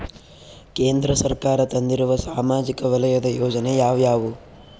ಕೇಂದ್ರ ಸರ್ಕಾರ ತಂದಿರುವ ಸಾಮಾಜಿಕ ವಲಯದ ಯೋಜನೆ ಯಾವ್ಯಾವು?